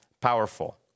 powerful